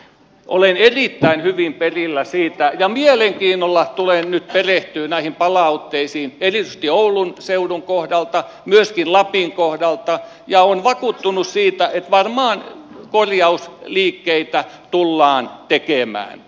olen erittäin hyvin perillä siitä ja mielenkiinnolla tulen nyt perehtymään näihin palautteisiin erityisesti oulun seudun kohdalta myöskin lapin kohdalta ja olen vakuuttunut siitä että varmaan korjausliikkeitä tullaan tekemään